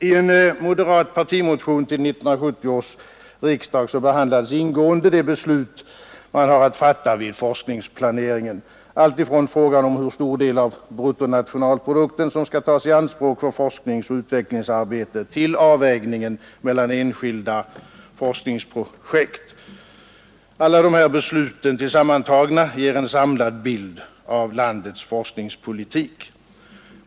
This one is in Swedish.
I en moderat partimotion till 1970 års riksdag behandlades ingående de beslut man har att fatta vid forskningsplaneringen, alltifrån frågan om hur stor del av bruttonationalprodukten som skall tas i anspråk för forskningsoch utvecklingsarbete till avvägningen mellan enskilda forskningsprojekt. Alla dessa beslut tillsammantagna ger en samlad bild av landets forskningspolitik.